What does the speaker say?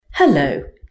Hello